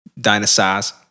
dinosaurs